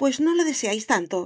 pues no lo deseasteis tanto